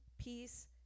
peace